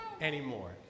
anymore